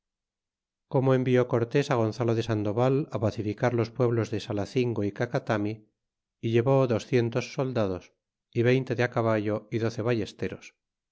como envió cortés á gonzalo de sandoval pacificar los pueblos de xalacingo y cacatami y llevó docientoesoldados y veinte de i caballo y doce vallesteros